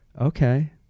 okay